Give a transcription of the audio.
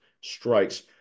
strikes